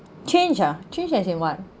change ah change as in what